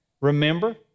remember